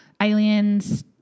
aliens